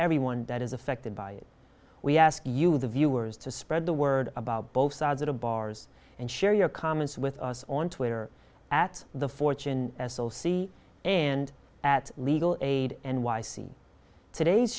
everyone that is affected by it we ask you the viewers to spread the word about both sides of the bars and share your comments with us on twitter at the fortune s o c and at legal aid n y c today's